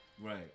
Right